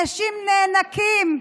אנשים נאנקים.